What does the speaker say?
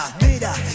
Mira